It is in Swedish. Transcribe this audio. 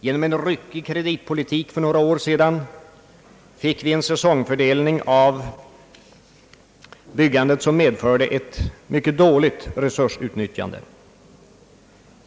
Genom den ryckiga politiken för några år sedan fick vi en säsongfördelning av byggandet som medförde ett mycket dåligt resursutnyttjande.